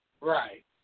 Right